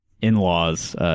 in-laws